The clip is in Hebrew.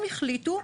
הם החליטו,